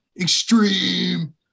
Extreme